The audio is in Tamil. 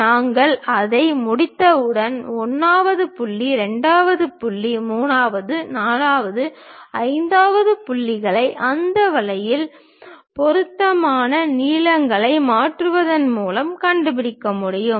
நாங்கள் அதை முடித்தவுடன் 1 வது புள்ளி 2 வது புள்ளி 3 வது 4 வது 5 வது புள்ளிகளை அந்த வழியில் பொருத்தமான நீளங்களை மாற்றுவதன் மூலம் கண்டுபிடிக்க முடியும்